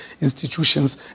institutions